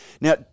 Now